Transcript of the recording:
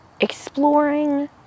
exploring